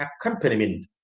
accompaniment